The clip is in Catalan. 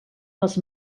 les